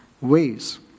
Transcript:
ways